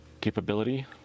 capability